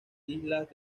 islas